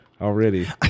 already